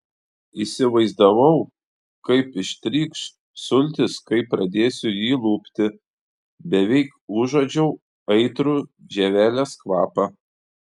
įsivaizdavau kaip ištrykš sultys kai pradėsiu jį lupti beveik užuodžiau aitrų žievelės kvapą